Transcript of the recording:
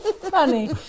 funny